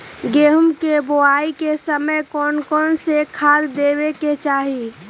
गेंहू के बोआई के समय कौन कौन से खाद देवे के चाही?